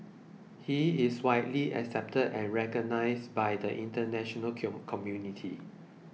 he is widely accepted and recognised by the international community